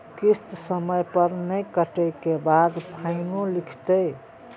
किस्त समय पर नय कटै के बाद फाइनो लिखते?